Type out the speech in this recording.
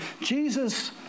Jesus